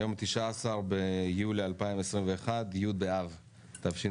היום 19 ביולי 2021, י' באב תשפ"א,